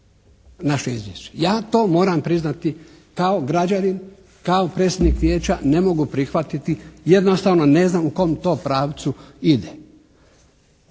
Naše izvješće. Ja to moram priznati kao građanin, kao predstavnik Vijeća, ne mogu prihvatiti, jednostavno ne znam u kom to pravcu ide.